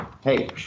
Hey